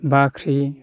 बाख्रि